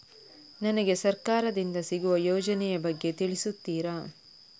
ನನಗೆ ಸರ್ಕಾರ ದಿಂದ ಸಿಗುವ ಯೋಜನೆ ಯ ಬಗ್ಗೆ ತಿಳಿಸುತ್ತೀರಾ?